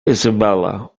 isabella